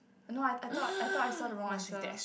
I know I I thought I thought I saw the wrong answer